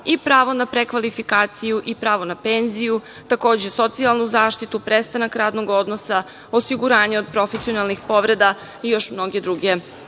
i pravo na prekvalifikaciju i pravo na penziju, takođe, socijalnu zaštitu, prestanak radnog odnosa, osiguranja od profesionalnih povreda i još mnoge druge